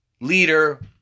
leader